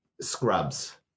Scrubs